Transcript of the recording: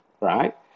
right